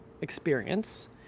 experience